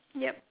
yup